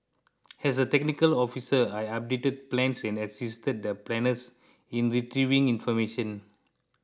as a technical officer I updated plans and assisted the planners in retrieving information